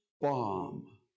bomb